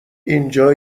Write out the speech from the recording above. اینجا